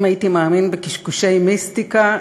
אם הייתי מאמין בקשקושי מיסטיקה,